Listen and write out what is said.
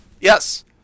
yes